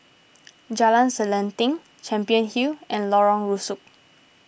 Jalan Selanting Champion Hotel and Lorong Rusuk